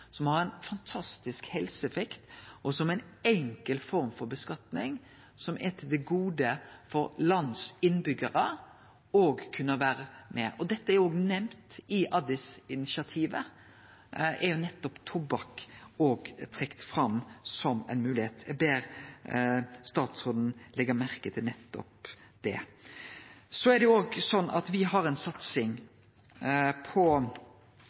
har ein fantastisk helseeffekt, og er ei enkel form for skattlegging som er til det gode for lands innbyggjarar. Dette er nemnt i Addis-initiativet, der er nettopp tobakk òg trekt fram som ei moglegheit. Eg ber statsråden leggje merke til nettopp det. Me har ei satsing på helse og utdanning. Eg meiner òg at